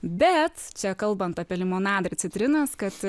bet čia kalbant apie limonadą ir citrinas kad